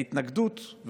ההתנגדות,